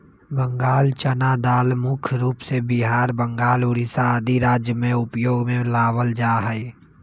बंगाल चना दाल मुख्य रूप से बिहार, बंगाल, उड़ीसा आदि राज्य में उपयोग में लावल जा हई